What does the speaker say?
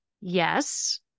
Yes